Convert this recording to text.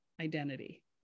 identity